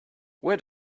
where